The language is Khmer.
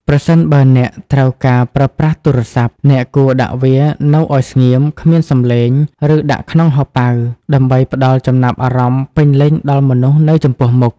ប្រសិនបើអ្នកត្រូវការប្រើប្រាស់ទូរស័ព្ទ អ្នកគួរដាក់វាឱ្យនៅស្ងៀម គ្មានសំឡេង ឬដាក់ក្នុងហោប៉ៅ ដើម្បីផ្ដល់ចំណាប់អារម្មណ៍ពេញលេញដល់មនុស្សនៅចំពោះមុខ។